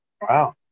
Wow